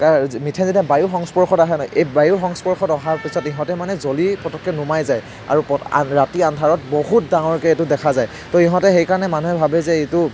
methane যেতিয়া বায়ুৰ সংস্পৰ্শত আহে ন এই বায়ুৰ সংস্পৰ্শত অহাৰ পিছত ইহঁতে মানে জ্বলি পতককে নুমাই যায় আৰু পত ৰাতিৰ আন্ধাৰত বহুত ডাঙৰকৈ এইটো দেখা যায় তো ইহঁতে সেইকাৰণে মানুহে ভাবে যে এইটো